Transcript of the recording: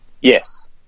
Yes